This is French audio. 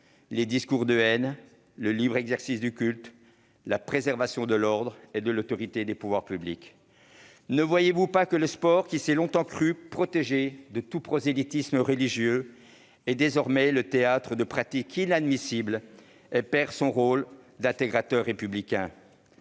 les discours de haine, le libre exercice du culte, la préservation de l'ordre et de l'autorité des pouvoirs publics ? Ne voyez-vous pas que le sport, que l'on a longtemps cru protégé de tout prosélytisme religieux, est désormais le théâtre de pratiques inadmissibles et qu'il perd son rôle d'intégrateur républicain ?